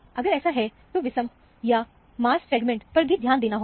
अगर ऐसा है तो विषम या सम मांस फ्रेगमेंट पर भी ध्यान देना होगा